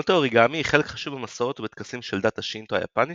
אמנות האוריגמי היא חלק חשוב במסורות ובטקסים של דת השינטו היפנית,